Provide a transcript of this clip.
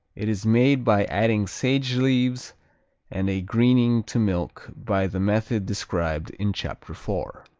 it is made by adding sage leaves and a greening to milk by the method described in chapter four.